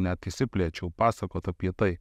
net išsiplėčiau pasakot apie tai